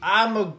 I'ma